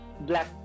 black